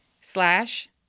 slash